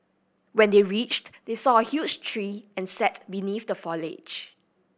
when they reached they saw a huge tree and sat beneath the foliage